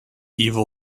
evil